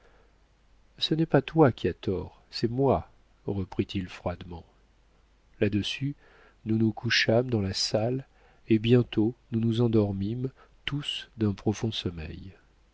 ce n'est pas toi qui as tort c'est moi reprit-il froidement là-dessus nous nous couchâmes dans la salle et bientôt nous nous endormîmes tous d'un profond sommeil